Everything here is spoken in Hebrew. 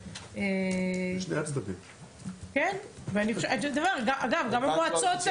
בגלל זה אמרתי שנראה לי ברור שכל מועצה הייתה רוצה.